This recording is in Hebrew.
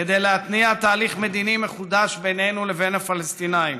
כדי להתניע תהליך מדיני מחודש בינינו לבין הפלסטינים.